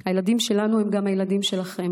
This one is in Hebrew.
הילדים שלנו הם גם הילדים שלכם.